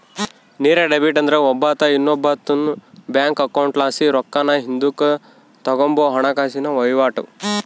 ನೇರ ಡೆಬಿಟ್ ಅಂದ್ರ ಒಬ್ಬಾತ ಇನ್ನೊಬ್ಬಾತುನ್ ಬ್ಯಾಂಕ್ ಅಕೌಂಟ್ಲಾಸಿ ರೊಕ್ಕಾನ ಹಿಂದುಕ್ ತಗಂಬೋ ಹಣಕಾಸಿನ ವಹಿವಾಟು